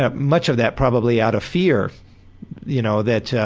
ah much of that probably out of fear you know that,